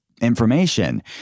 information